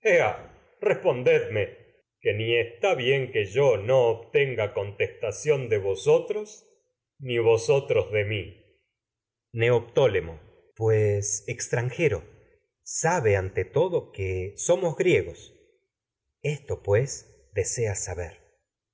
respondedme ni está bien que yo no obtenga contestación de vosotros ni vosotros neoptólemo de mi pues extranjero sabe ante todo que somos griegos esto pues deseas saber